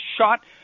shot